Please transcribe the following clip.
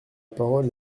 parole